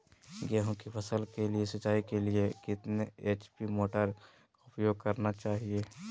गेंहू की फसल के सिंचाई के लिए कितने एच.पी मोटर का उपयोग करना चाहिए?